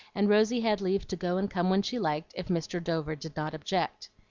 and rosy had leave to go and come when she liked if mr. dover did not object.